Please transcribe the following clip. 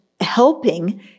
helping